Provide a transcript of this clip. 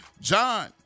John